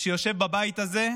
שיושב בבית הזה,